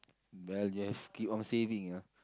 well I guess keep on saving ah